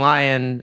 Lion